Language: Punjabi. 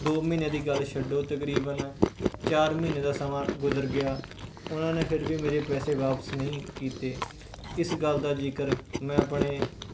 ਦੋ ਮਹੀਨਿਆਂ ਦੀ ਗੱਲ ਛੱਡੋ ਤਕਰੀਬਨ ਚਾਰ ਮਹੀਨੇ ਦਾ ਸਮਾਂ ਗੁਜ਼ਰ ਗਿਆ ਉਹਨਾਂ ਨੇ ਫਿਰ ਵੀ ਮੇਰੇ ਪੈਸੇ ਵਾਪਸ ਨਹੀਂ ਕੀਤੇ ਇਸ ਗੱਲ ਦਾ ਜ਼ਿਕਰ ਮੈਂ ਆਪਣੇ